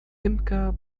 imker